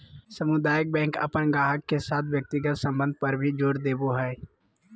सामुदायिक बैंक अपन गाहक के साथ व्यक्तिगत संबंध पर भी जोर देवो हय